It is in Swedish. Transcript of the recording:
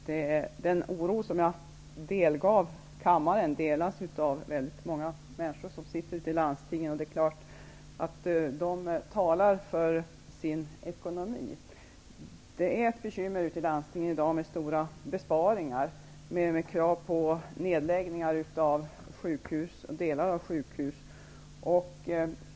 Herr talman! Den oro som jag delgav kammaren delas av väldigt många människor ute i landstingen. Det är klart att de talar för sin ekonomi. Det är bekymmer i dag i landstingen med stora besparingar som skall göras och med krav på nedläggningar av sjukhus och delar av sjukhus.